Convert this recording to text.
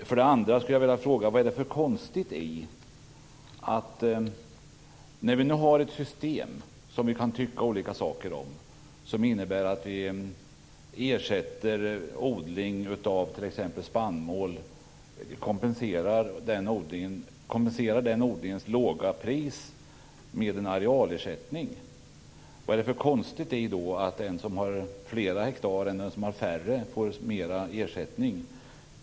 För det andra skulle jag vilja fråga: Vad är det för konstigt i, när vi nu har ett system - som vi kan tycka olika saker om - som innebär att vi ersätter odling av t.ex. spannmål och kompenserar den odlingens låga pris med en arealersättning, att den som har fler hektar än den som har färre får mer ersättning?